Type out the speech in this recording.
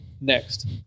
next